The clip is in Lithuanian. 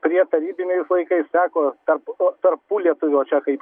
prie tarybiniais laikais teko tarp tarpulietuvio čia kaip